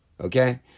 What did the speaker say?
Okay